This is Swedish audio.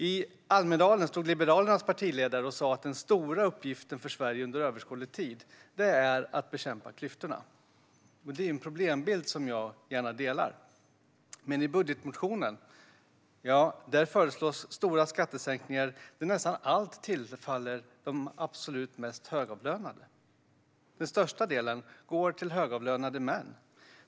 I Almedalen stod Liberalernas partiledare och sa att den stora uppgiften för Sverige under överskådlig tid är att bekämpa klyftorna. Det är en problembild som jag gärna delar. Men i budgetmotionen föreslås stora skattesänkningar där nästan allt tillfaller de absolut mest högavlönade. Den största delen går till högavlönade män.